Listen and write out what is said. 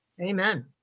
Amen